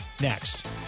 next